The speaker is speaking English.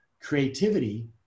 Creativity